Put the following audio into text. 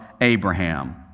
Abraham